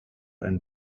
and